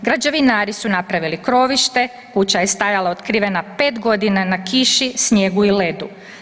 Građevinari su napravili krovište, kuća je stajala otkrivena 5 godina na kiši, snijegu i ledu.